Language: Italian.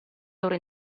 loro